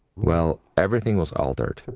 well, everything was altered,